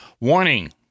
Warning